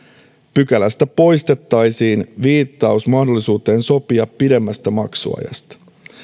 pykälästä poistettaisiin viittaus mahdollisuuteen sopia pidemmästä maksuajasta